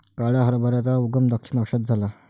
काळ्या हरभऱ्याचा उगम दक्षिण आशियात झाला